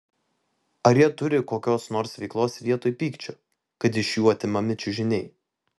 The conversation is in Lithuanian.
ar jie turi kokios nors veiklos vietoj pykčio kad iš jų atimami čiužiniai